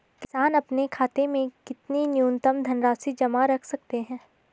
किसान अपने खाते में कितनी न्यूनतम धनराशि जमा रख सकते हैं?